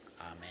amen